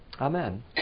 Amen